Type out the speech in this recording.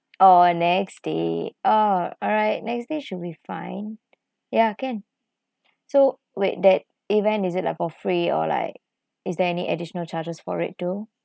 oh next day ah alright next day should be fine ya can so wait that event is it like for free or like is there any additional charges for it too